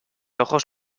ojos